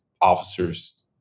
officers